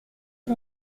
six